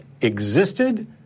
existed